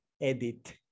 edit